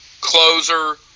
closer